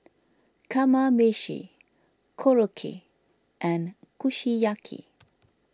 Kamameshi Korokke and Kushiyaki